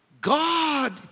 God